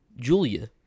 Julia